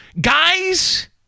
guys